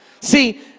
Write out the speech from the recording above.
See